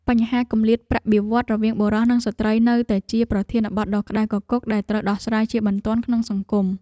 បញ្ហាគម្លាតប្រាក់បៀវត្សរ៍រវាងបុរសនិងស្ត្រីនៅតែជាប្រធានបទដ៏ក្តៅគគុកដែលត្រូវដោះស្រាយជាបន្ទាន់ក្នុងសង្គម។